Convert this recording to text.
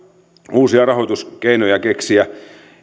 uusia rahoituskeinoja keksimään